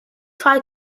try